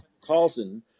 Carlson